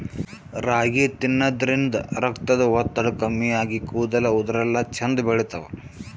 ರಾಗಿ ತಿನ್ನದ್ರಿನ್ದ ರಕ್ತದ್ ಒತ್ತಡ ಕಮ್ಮಿ ಆಗಿ ಕೂದಲ ಉದರಲ್ಲಾ ಛಂದ್ ಬೆಳಿತಾವ್